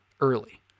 early